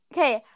Okay